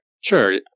Sure